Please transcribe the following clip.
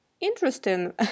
interesting